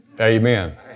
amen